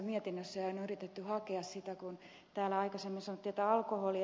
on yritetty hakea sitä kun täällä aikaisemmin sanottiin ed